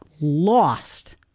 lost